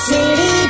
City